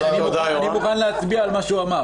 אני מוכן להצביע על מה שהוא אמר,